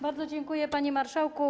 Bardzo dziękuję, panie marszałku.